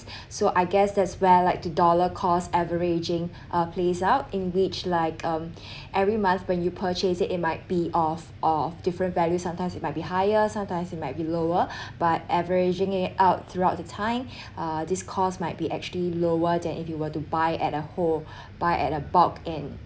so I guess that's where like the dollar cost averaging uh plays out in which like um every month when you purchase it it might be of of different values sometimes it might be higher sometimes it might be lower but averaging it out throughout the time uh this cost might be actually lower than if you were to buy at a whole buy at a bulk and